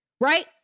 right